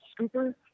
scooper